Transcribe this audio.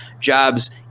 jobs